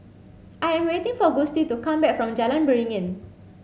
I am waiting for Gustie to come back from Jalan Beringin